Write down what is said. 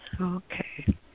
okay